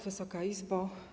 Wysoka Izbo!